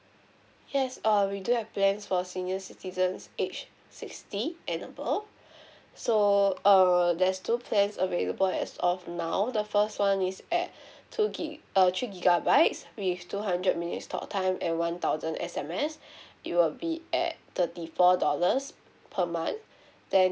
yes err we do have plans for senior citizens age sixty and above so um there's two plans available as of now the first one is at two gig err three gigabytes with two hundred minutes talk time and one thousand S_M_S it would be at thirty four dollars per month then